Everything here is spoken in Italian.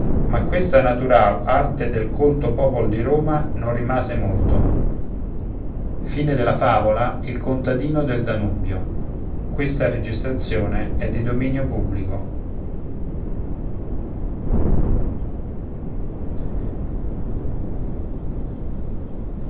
ma questa natural arte nel colto popol di roma non rimase molto e i